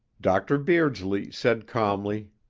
dr. beardsley said calmly,